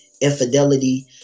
infidelity